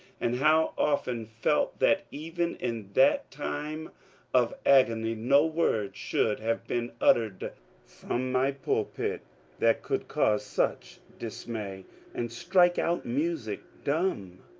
and how often felt that even in that time of agony no word should have been uttered from my pulpit that could cause such dismay and strike our music dumb!